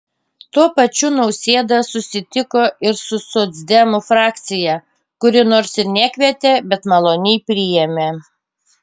tuo pačiu nausėda susitiko ir su socdemų frakcija kuri nors ir nekvietė bet maloniai priėmė